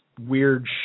weird